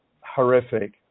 horrific